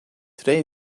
today